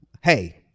hey